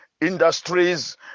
industries